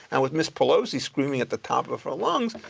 and with miss pelosi screaming at the top of her lungs,